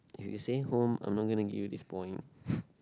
if you say home I'm not gonna give you this point